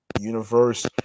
Universe